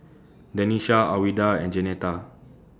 Denisha Alwilda and Jeanetta